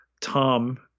Tom